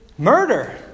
Murder